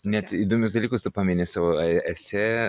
net įdomius dalykus tu pamini savo esė